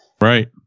Right